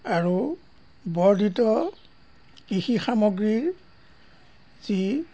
আৰু বৰ্ধিত কৃষি সামগ্ৰীৰ যি